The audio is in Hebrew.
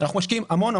אנחנו משקיעים המון.